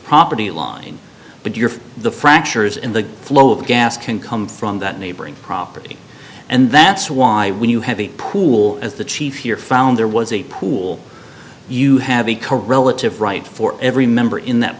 property line but you're the fractures in the flow of gas can come from that neighboring property and that's why when you have a pool as the chief here found there was a pool you have a corella to write for every member in that